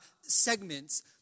segments